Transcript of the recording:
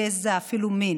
גזע ואפילו מין,